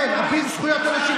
כן, אביר זכויות הנשים.